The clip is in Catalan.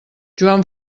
joan